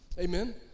Amen